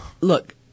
Look